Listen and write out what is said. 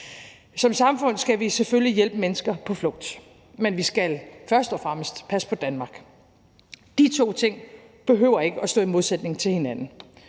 Som samfund skal vi selvfølgelig hjælpe mennesker på flugt, men vi skal først og fremmest passe på Danmark. De to ting behøver ikke at stå i modsætning til hinanden,